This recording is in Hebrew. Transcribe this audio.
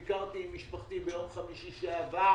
ביקרתי בו עם משפחתי ביום חמישי שעבר